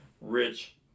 rich